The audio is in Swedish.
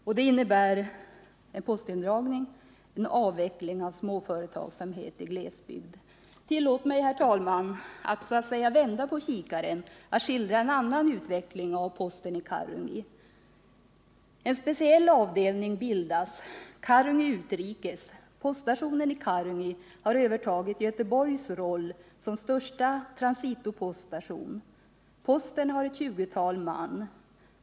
En indragning av posten skulle innebära avveckling av småföretagsamheten i en glesbygd. Herr talman! Tillåt mig att så att säga vända på kikaren och skildra en annan utveckling av posten i Karungi: En speciell avdelning bildas, ”Karungi utrikes”. Poststationen i Karungi har övertagit Göteborgs roll som landets största transitopoststation. Posten sysselsätter ett 20-tal man.